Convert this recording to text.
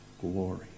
glory